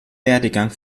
werdegang